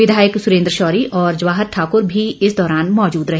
विधायक सुरेन्द्र शौरी और जवाहर ठाक्र भी इस दौरान मौजूद रहे